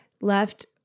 left